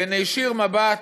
ונישיר מבט,